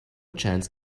chance